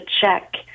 check